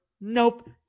Nope